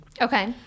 Okay